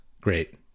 Great